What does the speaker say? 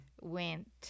went